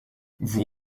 vous